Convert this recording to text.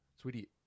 sweetie